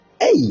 Hey